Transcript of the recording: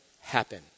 happen